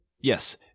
Yes